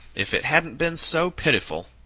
if it hadn't been so pitiful.